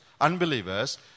unbelievers